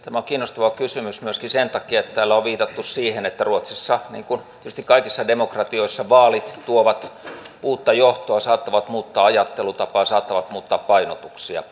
tämä on kiinnostava kysymys myöskin sen takia että täällä on viitattu siihen että ruotsissa niin kuin tietysti kaikissa demokratioissa vaalit tuovat uutta johtoa saattavat muuttaa ajattelutapaa saattavat muuttaa painotuksia